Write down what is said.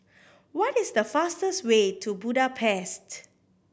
what is the fastest way to Budapest